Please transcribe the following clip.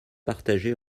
partagés